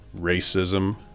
racism